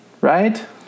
right